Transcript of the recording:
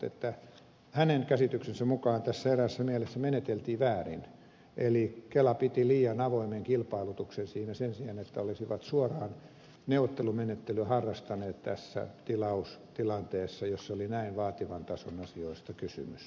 mutta hänen käsityksensä mukaan tässä eräässä mielessä meneteltiin väärin eli kela piti liian avoimen kilpailutuksen siinä sen sijaan että olisivat suoraan neuvottelumenettelyä harrastaneet tässä tilaustilanteessa jossa oli näin vaativan tason asioista kysymys